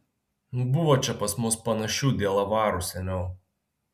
buvo čia pas mus panašių dielavarų seniau